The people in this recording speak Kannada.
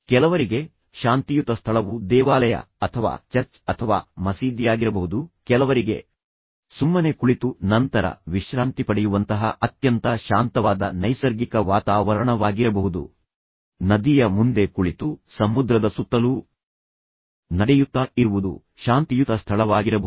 ಕೆಲವರಿಗೆ ಶಾಂತಿಯುತ ಸ್ಥಳವು ದೇವಾಲಯ ಅಥವಾ ಚರ್ಚ್ ಅಥವಾ ಮಸೀದಿಯಾಗಿರಬಹುದು ಕೆಲವರಿಗೆ ಸುಮ್ಮನೆ ಕುಳಿತು ನಂತರ ವಿಶ್ರಾಂತಿ ಪಡೆಯುವಂತಹ ಅತ್ಯಂತ ಶಾಂತವಾದ ನೈಸರ್ಗಿಕ ವಾತಾವರಣವಾಗಿರಬಹುದು ನದಿಯ ಮುಂದೆ ಕುಳಿತು ಸಮುದ್ರದ ಸುತ್ತಲೂ ನಡೆಯುತ್ತಾ ಇರುವುದು ಶಾಂತಿಯುತ ಸ್ಥಳವಾಗಿರಬಹುದು